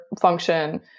function